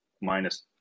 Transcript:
minus